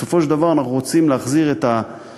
בסופו של דבר אנחנו רוצים להחזיר את הרשות